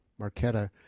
Marquetta